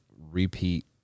repeat